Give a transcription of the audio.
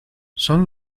son